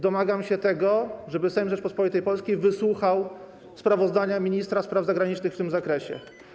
Domagam się tego, żeby Sejm Rzeczypospolitej Polskiej wysłuchał sprawozdania ministra spraw zagranicznych w tym zakresie.